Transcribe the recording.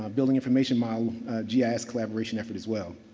um building information model yeah gis collaboration effort as well.